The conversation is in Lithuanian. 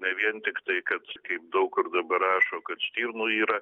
ne vien tik tai kad kaip daug kur dabar rašo kad stirnų yra